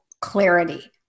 clarity